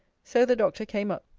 so the doctor came up.